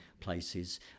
places